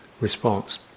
response